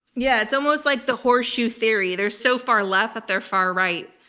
yeah, it's almost like the horseshoe theory. there's so far left that they're far right.